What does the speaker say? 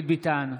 דוד ביטן,